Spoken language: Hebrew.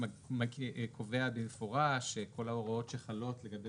שקובע במפורש שכל ההוראות שחלות לגבי